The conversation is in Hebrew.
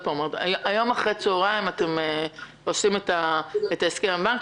היום אחר הצוהריים אתם עושים את ההסכם עם הבנק,